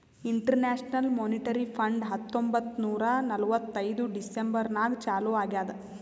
international Monetary Fund ಹತ್ತೊಂಬತ್ತ್ ನೂರಾ ನಲ್ವತ್ತೈದು ಡಿಸೆಂಬರ್ ನಾಗ್ ಚಾಲೂ ಆಗ್ಯಾದ್